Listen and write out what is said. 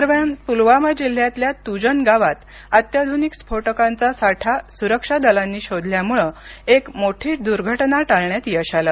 दरम्यान पुलवामा जिल्ह्यातल्या तुजन गावात अत्याधुनिक स्फोटकांचा साठा सुरक्षा दलांनी शोधल्यामुळे एक मोठी दुर्घटना टाळण्यात यश आलं